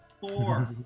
Four